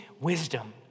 wisdom